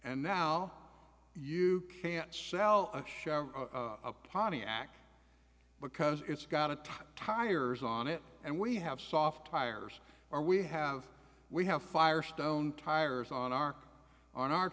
and now you can't sell a share of a pontiac because it's got a ton tires on it and we have soft tires or we have we have firestone tires on our on our